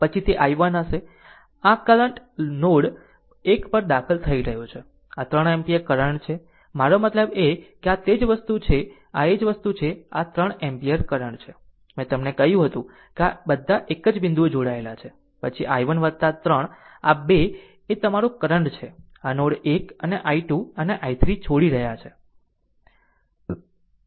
પછી તે i1 હશે આ કરંટ નોડ 1 પર દાખલ થઈ રહ્યો છે આ 3 એમ્પીયર કરંટ છે મારો મતલબ કે આ તે જ વસ્તુ છે આ જ વસ્તુ આ 3 એમ્પીયર કરંટ છે મેં તમને કહ્યું હતું કે બધા એક જ બિંદુએ જોડાયેલા છે પછી i1 3 આ 2 એ તમારું કરંટ છે નોડ 1 અને i2 અને i3 છોડી રહ્યા છે